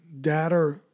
data